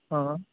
ହଁ